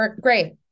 Great